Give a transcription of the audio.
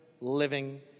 living